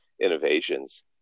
innovations